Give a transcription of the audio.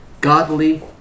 godly